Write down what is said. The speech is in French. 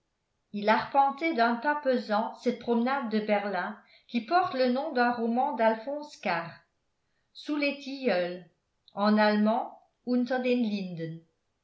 il arpentait d'un pas pesant cette promenade de berlin qui porte le nom d'un roman d'alphonse karr sous les tilleuls en allemand